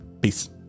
Peace